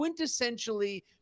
quintessentially